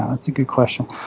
that's a good question.